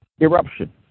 eruption